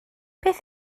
beth